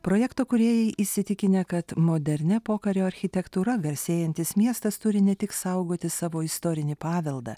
projekto kūrėjai įsitikinę kad modernia pokario architektūra garsėjantis miestas turi ne tik saugoti savo istorinį paveldą